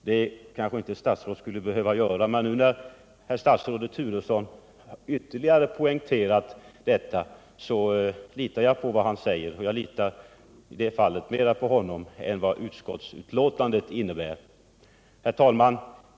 Något sådant kanske ett statsråd inte skulle behöva säga, men när nu statsrådet Turesson ytterligare poängterat detta, litar jag på vad han säger, och jag litar mera på honom än på utskottsbetänkandet och deras talesman.